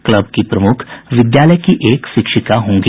club की प्रमुख विद्यालय की एक शिक्षिका होंगी